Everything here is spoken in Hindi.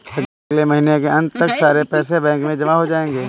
अगले महीने के अंत तक सारे पैसे बैंक में जमा हो जायेंगे